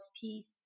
peace